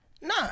Nah